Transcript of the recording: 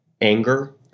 anger